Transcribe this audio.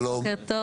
שלום, בוקר טוב.